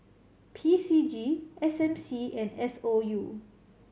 P C G S M C and S O U